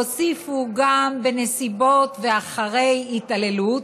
והוסיפו גם בנסיבות ואחרי התעללות,